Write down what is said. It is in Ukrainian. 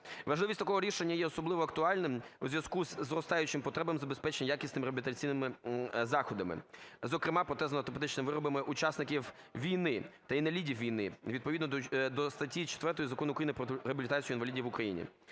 Важливість такого рішення є особливо актуальним у зв'язку з зростаючими потребами забезпечення якісними реабілітаційними заходами. Зокрема, протезно-ортопедичними виробами учасників війни та інвалідів війни відповідно до статті 4 Закону України "Про реабілітацію інвалідів в Україні".